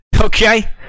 Okay